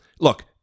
Look